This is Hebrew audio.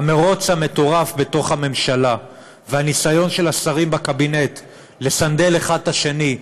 המרוץ המטורף בתוך הממשלה והניסיון של השרים בקבינט לסנדל אחד את השני,